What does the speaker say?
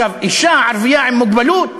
אישה ערבייה עם מוגבלות,